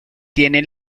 tiene